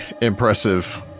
impressive